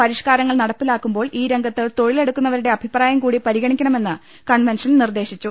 പരിഷ്കരങ്ങൾ നട പ്പിലാക്കുമ്പോൾ ഈ രംഗത്ത് തൊഴിലെടുക്കുന്നവരുടെ അഭിപ്രായം കൂടി പരിഗണിക്കണമെന്ന് കൺവെൻഷൻ നിർദേശിച്ചു